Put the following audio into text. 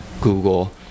google